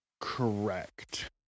Correct